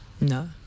No